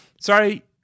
sorry